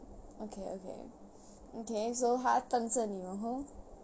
okay okay okay so 他瞪着你然后